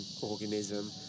organism